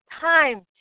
time